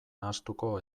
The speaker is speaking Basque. nahastuko